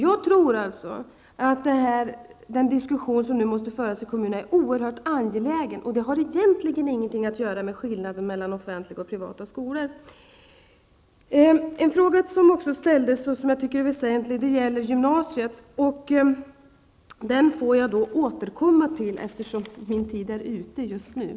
Jag tror att den diskussion som nu måste föras i kommunerna är oerhört angelägen. Den har egentligen ingenting att göra med skillnaden mellan offentliga och privata skolor. Det ställdes också en som jag tycker väsentlig fråga om gymnasiet. Jag får återkomma till den, eftersom min taletid just nu är ute.